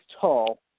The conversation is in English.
tall